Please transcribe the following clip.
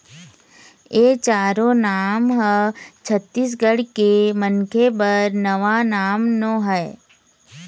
ए चारो नांव ह छत्तीसगढ़ के मनखे बर नवा नांव नो हय